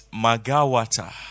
Magawata